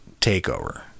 takeover